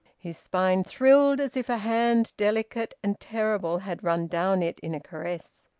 his spine thrilled, as if a hand delicate and terrible had run down it in a caress.